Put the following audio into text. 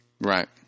Right